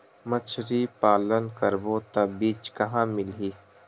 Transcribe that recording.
मछरी पालन करबो त बीज कहां मिलही?